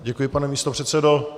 Děkuji, pane místopředsedo.